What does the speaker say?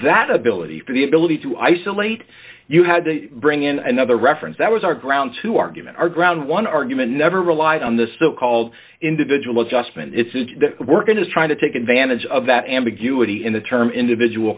that ability for the ability to isolate you had to bring in another reference that was our ground to argument our ground one argument never relied on the so called individual adjustment its work in is trying to take advantage of that ambiguity in the term individual